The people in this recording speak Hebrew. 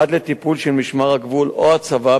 עד לטיפול של משמר הגבול או הצבא,